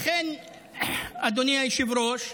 לכן, אדוני היושב-ראש,